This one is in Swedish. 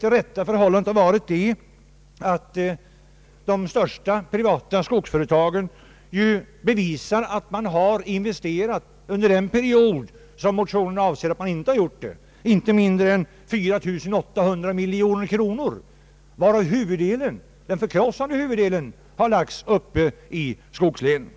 Det rätta förhållandet har i stället varit att de största privatägda skogsföretagen bevisar att de under den 10-årsperiod som motionerna avser har investerat inte mindre än 4800 miljoner kronor, varav den förkrossande huvuddelen har investerats i skogslänen.